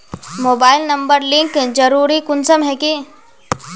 Mobile number link जरुरी कुंसम है की?